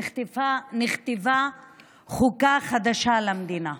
נכתבה חוקה חדשה למדינה.